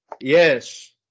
Yes